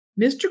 Mr